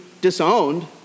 disowned